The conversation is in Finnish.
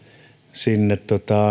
sinne